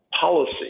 policy